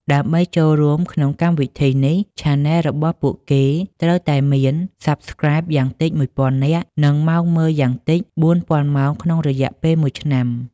ដើម្បីចូលរួមក្នុងកម្មវិធីនេះ Channel របស់ពួកគេត្រូវតែមានអ្នក Subscribe យ៉ាងតិច ១,០០០នាក់ និងម៉ោងមើលយ៉ាងតិច ៤,០០០ម៉ោងក្នុងរយៈពេលមួយឆ្នាំ។